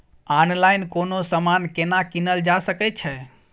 Online कोनो समान केना कीनल जा सकै छै?